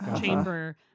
chamber